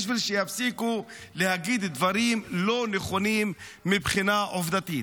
כדי שיפסיקו להגיד דברים לא נכונים מבחינה עובדתית.